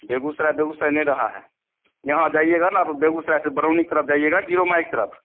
बेगूसराय बेगूसराय नहीं रहा है यहाँ जाइएगा ना तो बेगूसराय से बरौनी तरफ़ जाइएगा जीरोमाइ की तरफ़